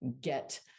get